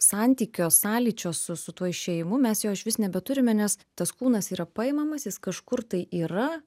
santykio sąlyčio su su tuo išėjimu mes jo išvis nebeturime nes tas kūnas yra paimamas jis kažkur tai yra